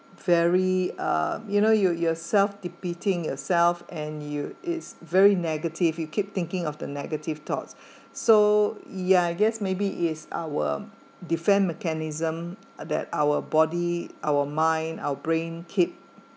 very uh you know you yourself defeating yourself and you it's very negative you keep thinking of the negative thoughts so ya I guess maybe is our defence mechanism that our body our mind our brain keep